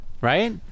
Right